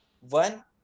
one